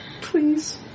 Please